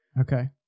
Okay